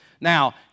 Now